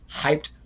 hyped